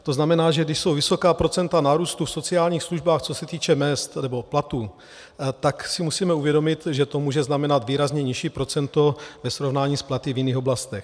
To znamená, že když jsou vysoká procenta nárůstu v sociálních službách, co se týče mezd nebo platů, tak si musíme uvědomit, že to může znamenat výrazně nižší procento ve srovnání s platy v jiných oblastech.